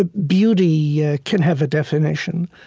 ah beauty yeah can have a definition.